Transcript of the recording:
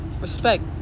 Respect